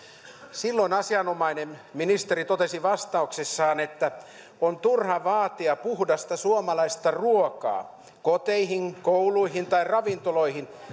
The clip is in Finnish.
silloin asianomainen ministeri totesi vastauksissaan että on turha vaatia puhdasta suomalaista ruokaa koteihin kouluihin tai ravintoloihin